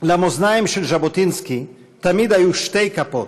למאזניים של ז'בוטינסקי תמיד היו שתי כפות,